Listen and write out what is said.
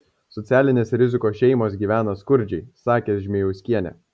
socialinės rizikos šeimos gyvena skurdžiai sakė žmėjauskienė